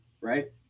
Right